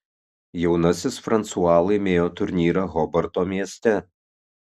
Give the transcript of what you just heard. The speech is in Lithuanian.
jaunasis fransua laimėjo turnyrą hobarto mieste